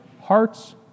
hearts